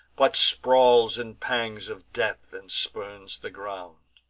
but sprawls in pangs of death, and spurns the ground.